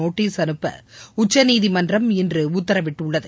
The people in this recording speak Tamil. நோட்டீஸ் அனுப்ப உச்சநீதிமன்றம் இன்று உத்தரவிட்டுள்ளது